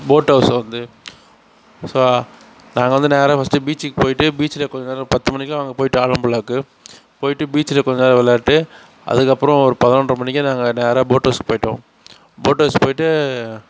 boat ஹவுஸில் வந்து so நாங்கள் வந்து நேராக ஃபஸ்ட்டு பீச்சிக்கு போயிட்டு பீச்சில் கொஞ்சம் நேரம் பத்து மணிக்கெல்லாம் நாங்கள் போயிட்டு ஆழம்புழாக்கு போயிட்டு பீச்சில் கொஞ்சம் நேரம் விளையாடிட்டு அதுக்கப்பறம் ஒரு பதினொன்றரை மணிக்கு நாங்கள் நேராக போட் ஹவுஸ்க்கு போயிட்டோம் போட் ஹவுஸ் போயிட்டு